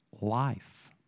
Life